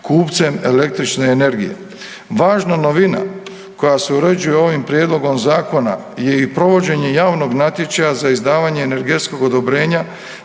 kupcem električne energije. Važna novina koja se uređuje ovim prijedlogom zakona je i provođenje javnog natječaja za izdavanje energetskog odobrenja